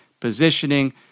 positioning